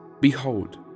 Behold